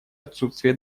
отсутствие